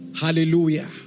Hallelujah